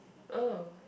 oh